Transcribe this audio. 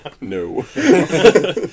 no